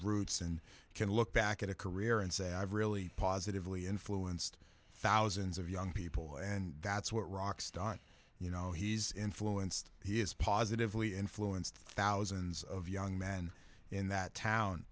roots and can look back at a career and say i've really positively influenced thousands of young people and that's what rock star you know he's influenced he is positively influenced thouse an's of young men in that town